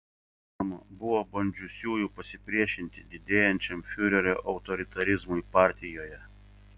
žinoma buvo bandžiusiųjų pasipriešinti didėjančiam fiurerio autoritarizmui partijoje